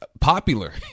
popular